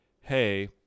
hey